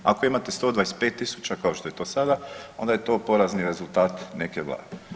Ako imate 125 000 kao što je to sada onda je to porazni rezultat neke Vlade.